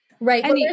Right